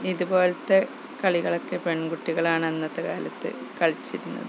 ഇതുപോലത്തെ കളികളൊക്കെ പെൺകുട്ടികളാണന്നത്തെ കാലത്ത് കളിച്ചിരുന്നത്